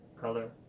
color